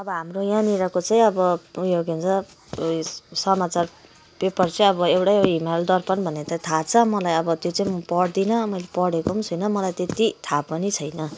अब हाम्रो यहाँनिरको चाहिँ अब उयो के भन्छ उयो समाचार पेपर चाहिँ अब एउटै हिमालय दर्पण भने चाहिँ एउटै थाहा छ मलाई अब त्यो चाहिँ पढदिनँ मैले पढेको पनि छुइनँ मलाई त्यति थाहा पनि छैन